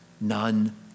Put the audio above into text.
none